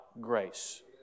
grace